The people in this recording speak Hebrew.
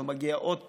הוא מגיע עוד פעם,